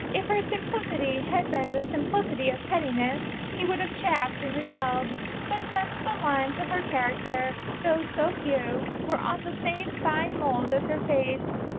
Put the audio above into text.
if her simplicity had been the simplicity of pettiness he would have chafed and rebelled but since the lines of her character, though so few, were on the same fine mould as her face,